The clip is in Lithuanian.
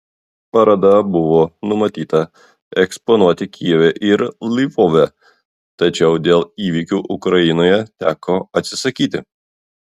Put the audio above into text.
parodą buvo numatyta eksponuoti kijeve ir lvove tačiau dėl įvykių ukrainoje planų teko atsisakyti